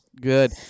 good